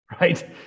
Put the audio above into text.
right